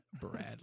Bradley